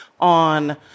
on